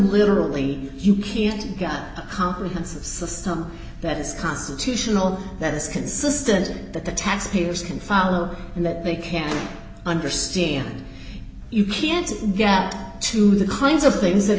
literally you can't get a comprehensive system that is constitutional that is consistent that the taxpayers can follow and that they can understand you can't get to the kinds of things that